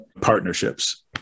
Partnerships